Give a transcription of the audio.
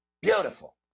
Beautiful